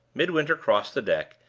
midwinter crossed the deck,